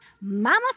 Mama